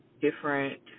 different